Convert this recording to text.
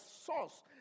source